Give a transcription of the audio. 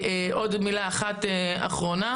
עוד מילה אחרונה.